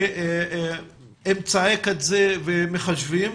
לאמצעי קצה ומחשבים,